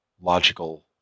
logical